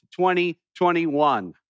2021